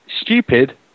stupid